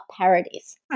parodies